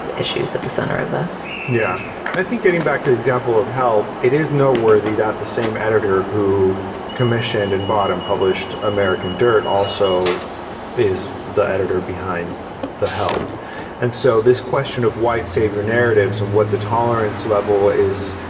but issues at the center of this. yeah i think getting back to an example of how it is noteworthy that the same editor who commissioned and bought and published american dirt also is the editor behind the help and so this question of white savior narratives and what the tolerance level is,